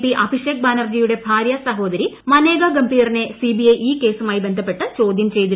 P Abhishek ബാനർജിയുടെ ഭാര്യാ സഹോദരി മനേകാ ഗംഭീറിനെ സിബ്ബിഐ ഈ കേസുമായി ബന്ധപ്പെട്ട് ചോദൃം ചെയ്തിരുന്നു